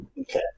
Okay